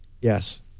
Yes